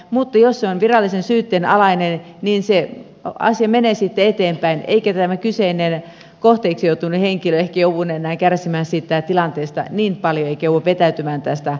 mutta jos se on virallisen syytteen alainen niin asia menee sitten eteenpäin eikä tämä kyseinen kohteeksi joutunut henkilö ehkä joudu enää kärsimään siitä tilanteesta niin paljon eikä joudu vetäytymään tästä asiasta